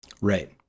Right